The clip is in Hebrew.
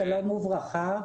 בבקשה.